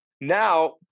now